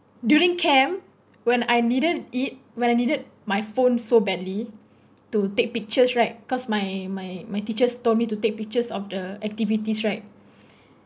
during camp when I needed it when I needed my phone so badly to take pictures right cause my my my teacher told me to take pictures of the activities right